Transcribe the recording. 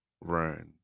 run